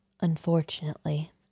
unfortunately